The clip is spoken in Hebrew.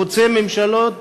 חוצה ממשלות,